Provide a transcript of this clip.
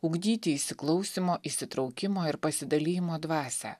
ugdyti įsiklausymo įsitraukimo ir pasidalijimo dvasią